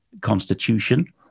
Constitution